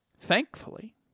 Thankfully